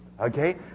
Okay